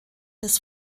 des